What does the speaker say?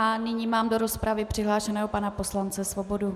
Nyní mám do rozpravy přihlášeného pana poslance Svobodu.